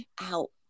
out